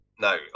No